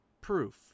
proof